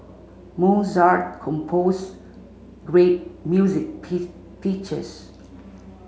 Mozart composed great music